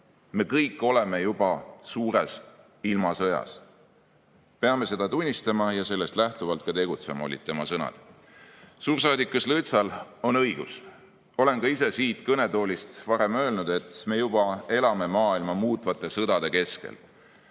"Me kõik oleme juba uues ilmasõjas. Peame seda tunnistama ja sellest lähtuvalt ka tegutsema," olid tema sõnad. Suursaadik Kõslõtsjal on õigus. Olen ka ise siit kõnetoolist varem öelnud, et me juba elame maailma muutvate sõdade keskel.